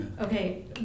Okay